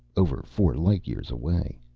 over four light years away.